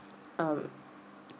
um